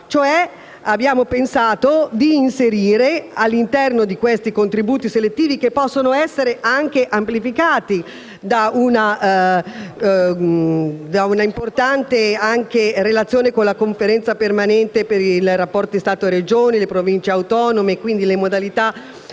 dire abbiamo pensato di inserire all’interno di questi contributi selettivi - che possono essere anche amplificati da un’importante relazione con la Conferenza permanente per i rapporti tra lo Stato, le Regioni e le Province autonome, sulle modalità